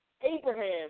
Abraham